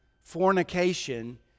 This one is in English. fornication